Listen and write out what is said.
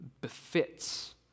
befits